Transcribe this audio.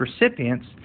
recipients